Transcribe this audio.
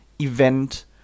event